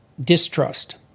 distrust